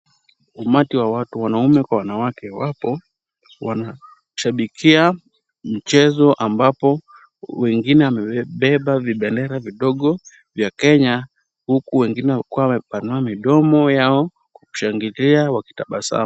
Umati wa watu wanaume kwa wanawake wapo wanashabikia mchezo ambapo wengine wamebeba vibendera vidogo vya Kenya, huku wengine wakiwa wamepanua midomo yao kushangilia wakitabasamu.